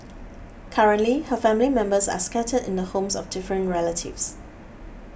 currently her family members are scattered in the homes of different relatives